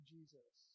Jesus